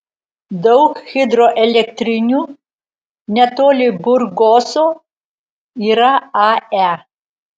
daug hidroelektrinių netoli burgoso yra ae